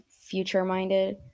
future-minded